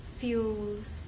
fuels